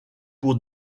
pour